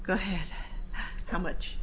go ahead how much